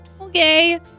Okay